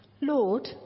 Lord